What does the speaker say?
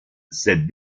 cette